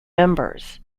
members